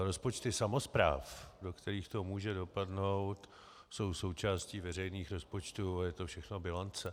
Rozpočty samospráv, do kterých to může dopadnout, jsou součástí veřejných rozpočtů a je to všechno bilance.